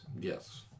Yes